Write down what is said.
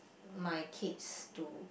my kids to